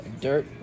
dirt